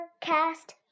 Cast